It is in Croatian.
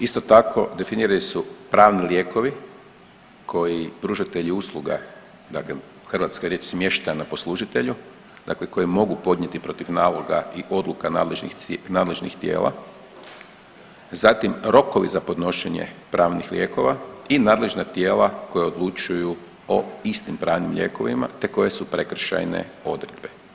Isto tako definirani su pravni lijekovi koji pružatelji usluga dakle hrvatska je riječ smještaj je na poslužitelju, dakle koji mogu podnijeti protiv naloga i odluka nadležnih tijela, zatim rokovi za podnošenje pravnih lijekova i nadležna tijela koja odlučuju o istim pravnim lijekovima, te koje su prekršajne odredbe.